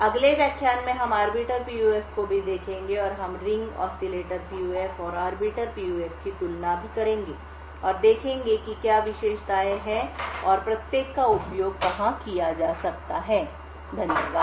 अगले व्याख्यान में हम आर्बिटर पीयूएफ को भी देखेंगे और हम रिंग ऑसिलेटर पीयूएफ और आर्बिटर पीयूएफ की तुलना भी करेंगे और देखेंगे कि क्या विशेषताएं हैं और प्रत्येक का उपयोग कहां किया जा सकता है धन्यवाद